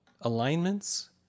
alignments